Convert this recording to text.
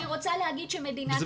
אני רוצה להדגיש שמדינת ישראל --- זה